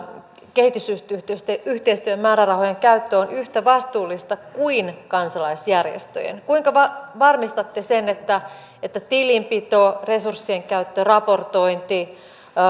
kehitysyhteistyömäärärahojen käyttö on yhtä vastuullista kuin kansalaisjärjestöjen kuinka varmistatte sen että että tilinpito resurssien käyttö ja raportointi